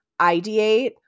ideate